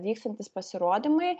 vykstantys pasirodymai